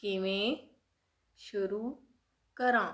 ਕਿਵੇਂ ਸ਼ੁਰੂ ਕਰਾਂ